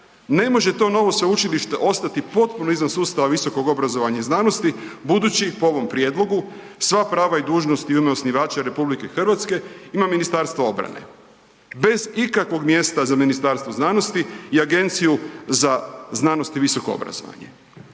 Ne može to novo sveučilište ostati potpuno izvan sustava visokog obrazovanja i znanosti budući po ovom prijedlog sva prava i dužnosti u ime osnivača RH imamo Ministarstvo obrane, bez ikakvog mjesta za Ministarstvo znanosti i Agenciju za znanost i visoko obrazovanje.